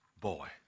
Boy